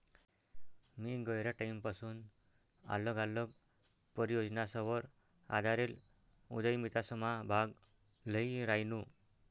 मी गयरा टाईमपसून आल्लग आल्लग परियोजनासवर आधारेल उदयमितासमा भाग ल्ही रायनू